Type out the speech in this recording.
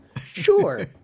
Sure